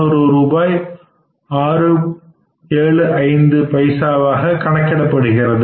675 ரூபாயாக கணக்கிடப்படுகிறது